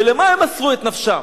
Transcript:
ולמה הם מסרו את נפשם?